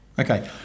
Okay